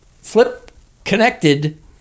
flip-connected